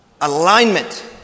Alignment